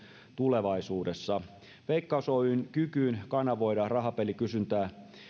tulevaisuudessa veikkaus oyn kykyyn kanavoida rahapelikysyntää